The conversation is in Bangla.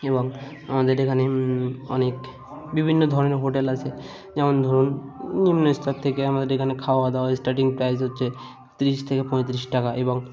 এবং আমাদের এখানে অনেক বিভিন্ন ধরনের হোটেল আছে যেমন ধরুন নিম্ন স্তর থেকে আমাদের এইখানে খাওয়া দাওয়া স্টার্টিং প্রাইস হচ্ছে ত্রিশ থেকে পঁয়ত্রিশ টাকা এবং